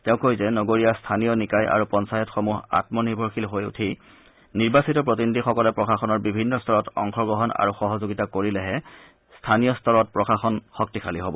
তেওঁ কয় যে নগৰীয়া স্থানীয় নিকায় আৰু পঞ্চায়ত সমূহ আঘনিৰ্ভৰশীল হৈ উঠি নিৰ্বাচিত প্ৰতিনিধিসকলে প্ৰশাসনৰ বিভিন্ন স্তৰত অংশগ্ৰহণ আৰু সহযোগিতা কৰিলেহে স্থানীয় স্তৰত প্ৰশাসন শক্তিশালী হব